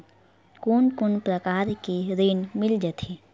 कोन कोन प्रकार के ऋण मिल जाथे?